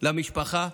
במשפחה,